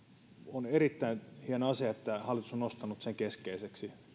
on erittäin hieno asia että hallitus on nostanut sen keskeiseksi